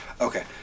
Okay